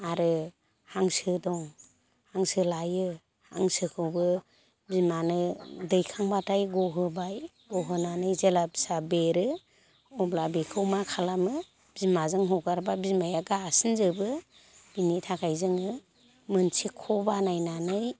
आरो हांसो दं हांसो लायो हांसोखौबो बिमानो दैखांब्लाथाय गहोबाय गनानै जेला फिसा देरो अब्ला बेखौ मा खालामो बिमाजों हगारब्ला बिमाया गासिन जोबो बिनि थाखाय जोङो मोनसे ख' बानायनानै